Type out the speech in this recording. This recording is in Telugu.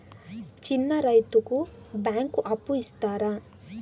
చిన్న రైతుకు బ్యాంకు అప్పు ఇస్తారా?